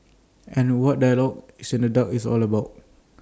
and that's what dialogue in the dark is all about